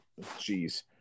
Jeez